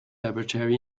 laboratory